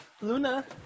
Luna